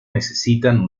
necesitan